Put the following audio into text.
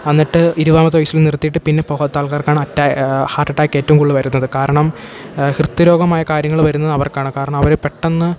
എന്നിട്ട് ഇരുപതാമത്തേ വയസ്സിൽ നിർത്തിയിട്ട് പിന്നെ പൊകാത്ത ആൾക്കാർക്കാണ് അറ്റാ ഹാർട്ട് അറ്റാക്കേറ്റവും കൂടുതൽ വരുന്നത് കാരണം ഹൃദ് രോഗമായ കാര്യങ്ങൾ വരുന്നതവർക്കാണ് കാരണം അവർ പെട്ടെന്ന്